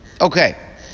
Okay